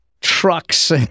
trucks